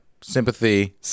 Sympathy